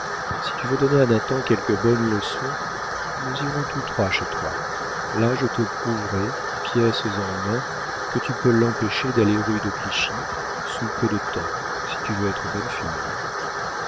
si tu veux donner à nathan quelque bonne leçon nous irons tous trois chez toi là je te prouverai pièce en main que tu peux l'empêcher d'aller rue de clichy sous peu de temps si tu veux être bonne fille